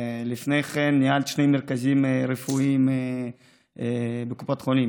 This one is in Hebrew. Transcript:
ולפני כן ניהלת שני מרכזים רפואיים בקופת חולים.